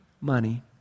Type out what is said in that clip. money